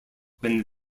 when